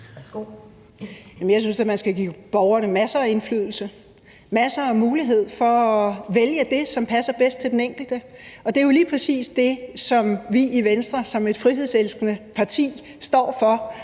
Jeg synes da, man skal give borgerne masser af indflydelse og masser af muligheder for at vælge det, som passer bedst til den enkelte, og det er jo lige præcis det, som vi i Venstre som et frihedselskende parti står for,